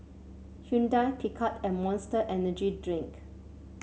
Hyundai Picard and Monster Energy Drink